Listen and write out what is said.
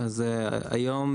אז היום,